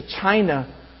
China